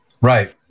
Right